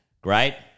Great